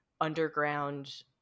underground